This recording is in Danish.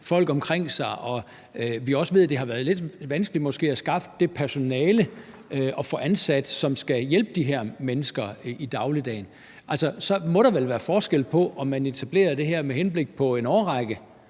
folk omkring sig, og vi også ved, at det måske har været lidt vanskeligt at skaffe og få ansat det personale, som skal hjælpe de her mennesker i dagligdagen, vel så må være en forskel på, om man etablerer det her med henblik på en årrække